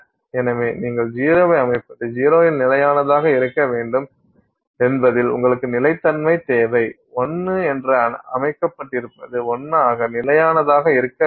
எனவே நீங்கள் 0 ஐ அமைப்பது 0 இல் நிலையானதாக இருக்க வேண்டும் என்பதில் உங்களுக்கு நிலைத்தன்மை தேவை 1 என அமைக்கப்பட்டிருப்பது 1 ஆக நிலையானதாக இருக்க வேண்டும்